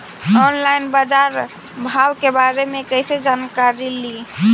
Online बाजार भाव के बारे मे कैसे जानकारी ली?